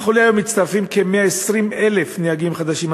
נכון להיום מצטרפים כ-120,000 נהגים חדשים,